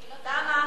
למה?